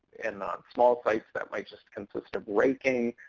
and on small sites that might just consist of raking.